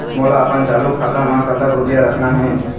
मोला अपन चालू खाता म कतक रूपया रखना हे?